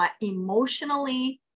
emotionally